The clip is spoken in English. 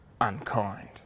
unkind